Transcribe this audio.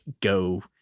go